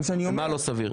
מה לא סביר?